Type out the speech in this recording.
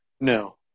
No